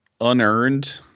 unearned